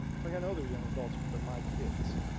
it's like i know they're young adults but they're my kids,